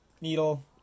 Needle